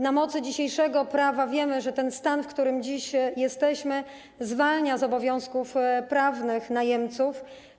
Na mocy dzisiejszego prawa wiemy, że stan, w którym dzisiaj jesteśmy, zwalnia z obowiązków prawnych najemców.